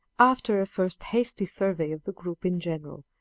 after a first hasty survey of the group in general,